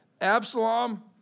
Absalom